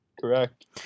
correct